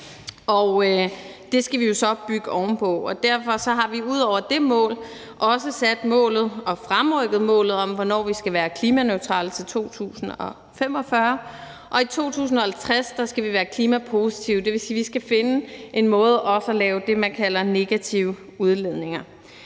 det skal vi jo så bygge oven på. Og derfor har vi ud over dét mål også sat målet og fremrykket målet om, hvornår vi skal være klimaneutrale, til 2045, og i 2050 skal vi være klimapositive. Det vil sige, at vi skal finde en måde også at lave det, man kalder negative udledninger,